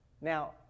Now